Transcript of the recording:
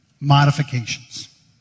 modifications